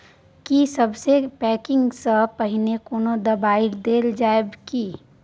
की सबसे के पैकिंग स पहिने कोनो दबाई देल जाव की?